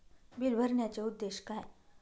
Bill भरण्याचे उद्देश काय?